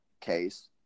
case